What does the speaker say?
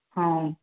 ହଁ